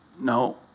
no